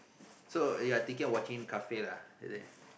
so you're thinking of watching kafir lah is it